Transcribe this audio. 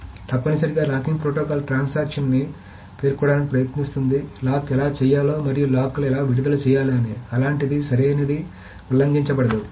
కాబట్టి తప్పనిసరిగా locking protocol transaction ని పేర్కొనడానికి ప్రయత్నిస్తుంది లాక్ ఎలా చేయాలో మరియు లాక్లను ఎలా విడుదల చేయాలి అని అలాంటిది సరైనది ఉల్లంఘించబడదు